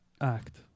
act